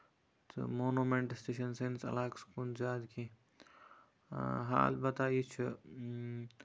تہٕ مونومٮ۪نٛٹٕس تہِ چھِنہٕ سٲنِس علاقس کُن زیادٕ کیٚنہہ ہاں اَلبتہ یہِ چھُ